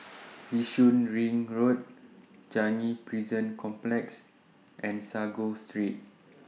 Yishun Ring Road Changi Prison Complex and Sago Street